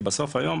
ובסוף אנחנו